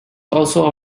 also